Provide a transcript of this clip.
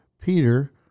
Peter